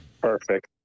Perfect